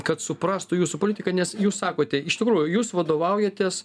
kad suprastų jūsų politiką nes jūs sakote iš tikrųjų jūs vadovaujatės